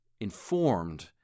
informed